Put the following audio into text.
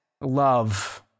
love